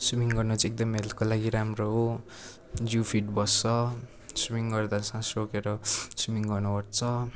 swimming गर्न चाहिँ एकदम हेल्थको लागि राम्रो हो जिउ फिट बस्छ स्विमिङ गर्दा श्वास रोकेर स्विमिङ गर्नु पर्छ